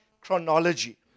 chronology